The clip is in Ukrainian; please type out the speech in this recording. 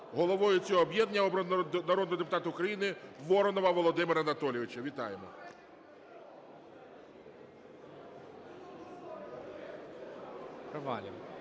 Головою цього об'єднання обрано народного депутата України Воронова Володимира Анатолійовича. Вітаємо.